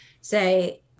say